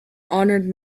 honored